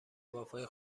وفای